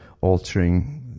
altering